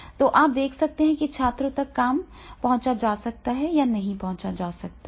तो आप देख सकते हैं कि छात्रों तक काम पहुँचा जा सकता है या नहीं पहुँचा जा सकता है